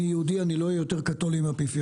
אני יהודי אני לא אהיה יותר קתולי מהאפיפיור.